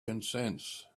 consents